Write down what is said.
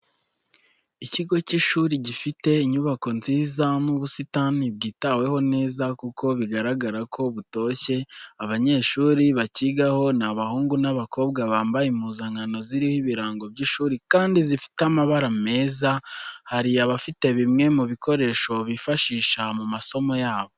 Ikigo cy'ishuri gifite inyubako nziza n'ubusitani bwitaweho neza kuko bigaragara ko butoshye, abanyeshuri bacyigaho ni abahungu n'abakobwa bambaye impuzankano ziriho ibirango by'ishuri kandi zifite amabara meza, hari abafite bimwe mu bikoresho bifashisha mu masomo yabo.